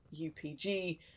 UPG